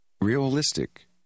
Realistic